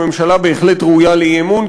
הממשלה בהחלט ראויה לאי-אמון,